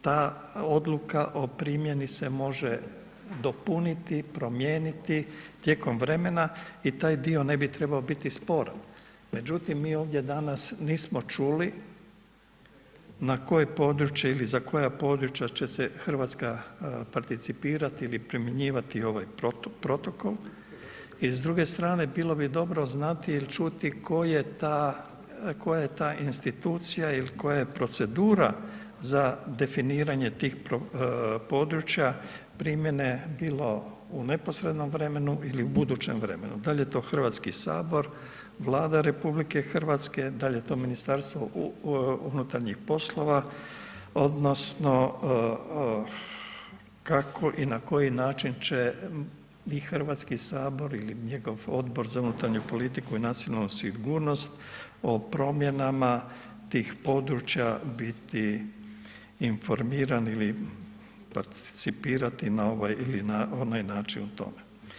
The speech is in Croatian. Ta odluka o primjeni se može dopuniti, promijeniti tijekom vremena i taj dio ne bi trebao biti sporan međutim mi ovdje danas nismo čuli na koje područje ili za koja područja će se Hrvatska participirati ili primjenjivati ovaj protokol i s druge strane, bilo bi dobro znati ili čuti koja je ta institucija ili koja je procedura za definiranje tih područja primjene bilo u neposrednom vremenu ili u budućem vremenu, da li je to Hrvatski sabora, Vlada RH, da li je to MUP odnosno kako i na koji način će i Hrvatski sabor ili njegov odbor za unutarnju politiku i nacionalnu sigurnost o promjenama tih područja biti informiran ili participirati na ovaj ili na onaj način o tome.